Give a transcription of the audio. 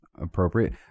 appropriate